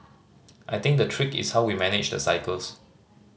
I think the trick is how we manage the cycles